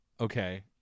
Okay